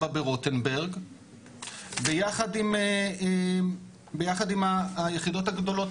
4 ברוטנברג ביחד עם היחידות הגדולות